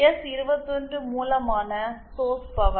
எஸ்21 மூலமான source power